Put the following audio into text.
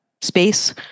space